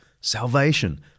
salvation